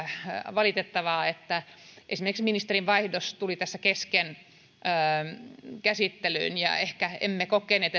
valitettavaa että esimerkiksi ministerinvaihdos tuli tässä kesken käsittelyn ja ehkä emme kokeneet